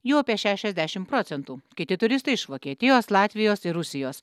jų apie šešiasdešim procentų kiti turistai iš vokietijos latvijos ir rusijos